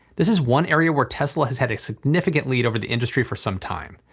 this is one area where tesla has had a significant lead over the industry for some time.